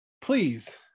please